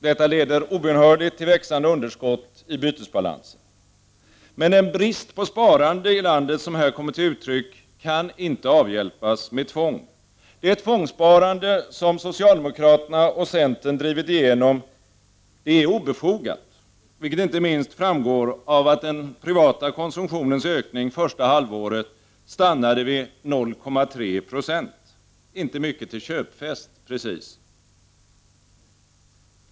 Detta leder obönhörligt till växande underskott i bytesbalansen. Men den brist på sparande i landet som här kommer till uttryck kan inte avhjälpas med tvång. Det tvångssparande som socialdemokraterna och centern drivit igenom är obefogat, vilket inte minst framgår av att den privata konsumtionens ökning första halvåret stannade vid 0,3 96 — inte mycket till köpfest precis.